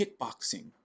kickboxing